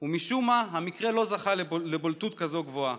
ומשום מה המקרה לא זכה לבולטות כזאת גבוהה,